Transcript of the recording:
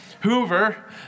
Hoover